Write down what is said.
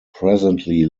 presently